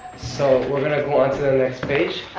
so we're gonna go on to the next page.